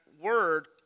word